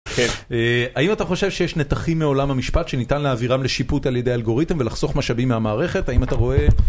האם אתה חושב שיש נתחים מעולם המשפט שניתן להעבירם לשיפוט על ידי אלגוריתם ולחסוך משאבים מהמערכת האם אתה רואה.